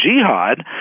jihad